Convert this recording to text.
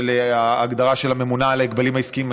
של ההגדרה של הממונה על ההגבלים העסקיים,